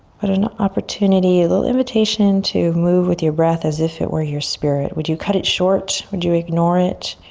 but an opportunity, a little invitation to move with your breath as if it were your spirit. would you cut it short, would you ignore it,